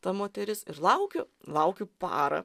ta moteris ir laukiu laukiu parą